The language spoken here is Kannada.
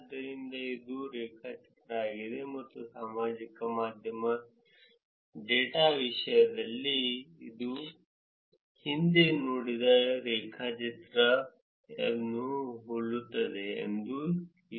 ಆದ್ದರಿಂದ ಇದು ರೇಖಾಚಿತ್ರ ಆಗಿದೆ ಮತ್ತು ಸಾಮಾಜಿಕ ಮಾಧ್ಯಮ ಡೇಟಾದ ವಿಷಯದಲ್ಲಿ ನಾವು ಹಿಂದೆ ನೋಡಿದ ರೇಖಾಚಿತ್ರ ಅನ್ನು ಹೋಲುತ್ತದೆ ಎಂದು ನೀವು ಸ್ಪಷ್ಟವಾಗಿ ನೋಡಬಹುದು